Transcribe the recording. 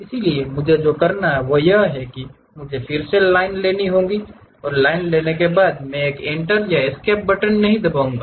इसलिए मुझे जो करना है वह यह है कि मुझे फिर से लाइन लेने की जरूरत नहीं है क्योंकि मैंने कोई एंटर या एस्केप बटन नहीं दबाया है